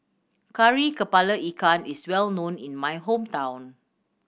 Kari Kepala Ikan is well known in my hometown